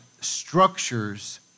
structures